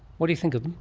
what do you think of